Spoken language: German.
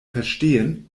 verstehen